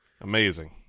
Amazing